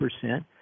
percent